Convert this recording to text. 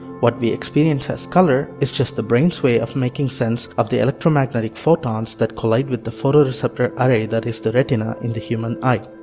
what we experience as color is just the brain's way of making sense of the electromagnetic photons that collide with the photoreceptor array that is the retina in the human eye.